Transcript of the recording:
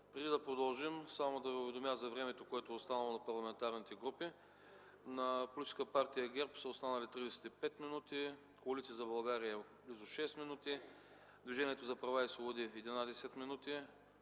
Преди да продължим, само да Ви уведомя за времето, което е останало на парламентарните групи: на Политическа партия ГЕРБ са останали 35 минути; Коалиция за България – близо 6 минути; Движението за права и свободи – 11 минути;